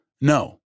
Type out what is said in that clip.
No